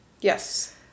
Yes